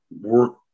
work